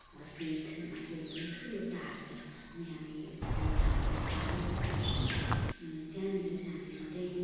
फेदमा चाहिँ एकदम ठुलो टार छ अनि हामीले त्यो ठाउँलाई टारै भन्ने गर्छौँ अनि त्यहाँनिर चाहिँ हामी सधैँ